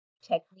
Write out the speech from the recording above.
technique